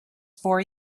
for